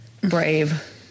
brave